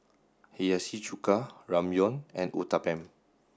Hiyashi Chuka Ramyeon and Uthapam